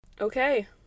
Okay